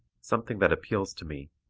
something that appeals to me,